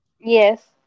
Yes